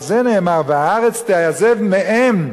על זה נאמר: "והארץ תעזב מהם,